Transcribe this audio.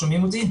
שומעים אותי?